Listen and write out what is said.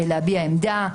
להביע עמדה,